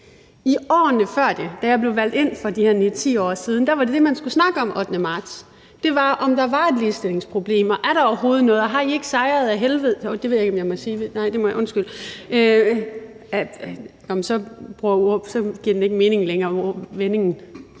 I årene før det – da jeg blev valgt ind for de her 9-10 år siden – var det, man skulle snakke om 8. marts, om der var et ligestillingsproblem: Er der overhovedet noget, og har I ikke sejret ad helvede til ... Uh, det ved jeg ikke om jeg må sige. Nej, det må jeg ikke, undskyld. Nå, men så giver vendingen ikke mening længere. Kl.